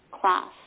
class